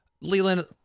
leland